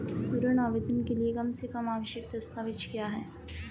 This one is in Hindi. ऋण आवेदन के लिए कम से कम आवश्यक दस्तावेज़ क्या हैं?